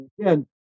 again